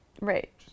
Right